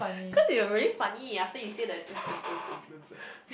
cause you were really funny after you say the